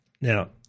Now